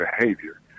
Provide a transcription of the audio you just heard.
behavior